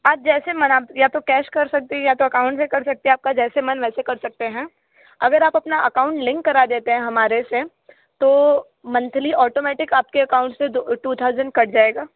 आप जैसे मन या तो कैश कर सकते हैं या तो अकाउंट से कर सकते हैं आपका जैसे मन वैसे कर सकते हैं अगर आप अपना अकाउंट कर देते हैं हमारे से तो मंथली ऑटोमेटिक आपके अकाउंट से दो टू थॉज़ेंट कट जाएगा